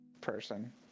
person